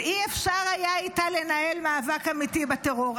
שלא היה אפשר לנהל איתה מאבק אמיתי בטרור.